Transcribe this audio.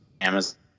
Amazon